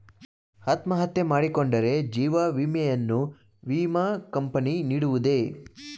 ಅತ್ಮಹತ್ಯೆ ಮಾಡಿಕೊಂಡರೆ ಜೀವ ವಿಮೆಯನ್ನು ವಿಮಾ ಕಂಪನಿ ನೀಡುವುದೇ?